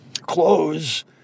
clothes